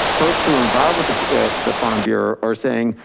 folks who are involved with the farm bureau are saying,